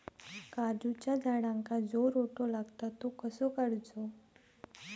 काजूच्या झाडांका जो रोटो लागता तो कसो काडुचो?